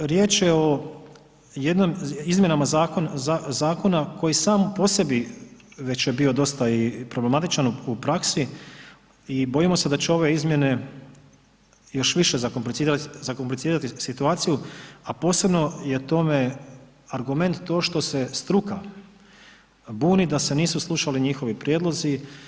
Dakle, riječ je o izmjenama zakona koji sam po sebi već je bio dosta i problematičan u praksi i bojimo se da će ove izmjene još više zakomplicirati situaciju, a posebno je tome argument to što se struka buni da se nisu slušali njihovi prijedlozi.